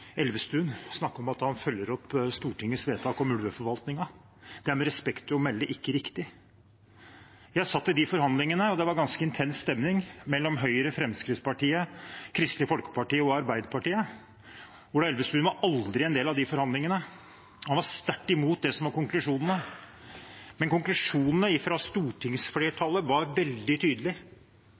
Elvestuen snakke om at han følger opp Stortingets vedtak om ulveforvaltningen. Det er med respekt å melde ikke riktig. Jeg satt i de forhandlingene, og det var ganske intens stemning mellom Høyre, Fremskrittspartiet, Kristelig Folkeparti og Arbeiderpartiet. Ola Elvestuen var aldri en del av de forhandlingene. Han var sterkt imot det som var konklusjonene. Men konklusjonene fra stortingsflertallet var veldig